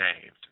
saved